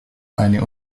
eine